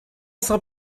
saint